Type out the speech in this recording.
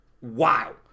Wow